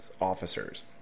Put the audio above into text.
officers